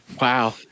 Wow